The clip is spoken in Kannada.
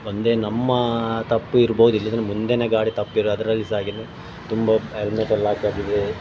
ಒಂದೇ ನಮ್ಮ ತಪ್ಪು ಇರ್ಬೋದು ಇಲ್ಲದಿದ್ರೆ ಮುಂದಿನ ಗಾಡಿ ತಪ್ಪಿದೆ ಅದರಲ್ಲಿ ಸಹ ಹಾಗೆಯೇ ತುಂಬ ಹೆಲ್ಮೆಟ್ಟೆಲ್ಲ ಹಾಕದಿದ್ರೆ